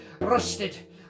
rusted